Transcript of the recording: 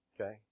Okay